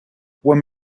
when